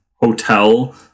hotel